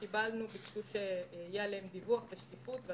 שקיבלנו שביקשו שיהיה לגביהם דיווח ושקיפות.